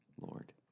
Lord